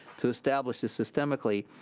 to establish systemically.